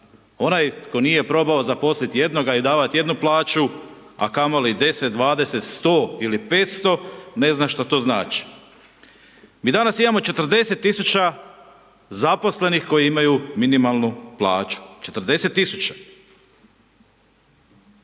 Onaj tko nije probao zaposliti jednoga i davati jednu plaću, a kamoli 10, 20, 100 ili 500, ne zna šta to znači. Mi danas imamo 40 000 zaposlenih koji imaju minimalnu plaću, 40 000.